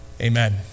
Amen